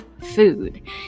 Food